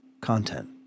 content